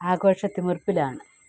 ആഘോഷ തിമിർപ്പിലാണ്